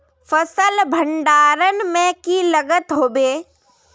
फसल भण्डारण में की लगत होबे?